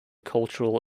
cultural